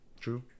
True